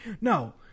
No